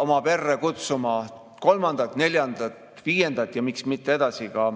oma perre kutsuma kolmandat-neljandat-viiendat ja miks mitte edasi ka